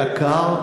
היה קר,